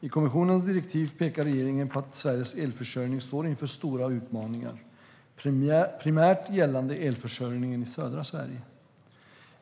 I kommissionens direktiv pekar regeringen på att Sveriges elförsörjning står inför stora utmaningar, primärt gällande elförsörjningen i södra Sverige.